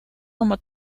como